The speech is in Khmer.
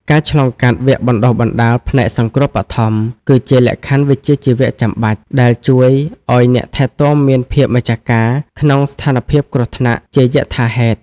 ការឆ្លងកាត់វគ្គបណ្តុះបណ្តាលផ្នែកសង្គ្រោះបឋម គឺជាលក្ខខណ្ឌវិជ្ជាជីវៈចាំបាច់ ដែលជួយឱ្យអ្នកថែទាំមានភាពម្ចាស់ការក្នុងស្ថានភាពគ្រោះថ្នាក់ជាយថាហេតុ។